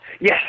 Yes